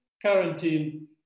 quarantine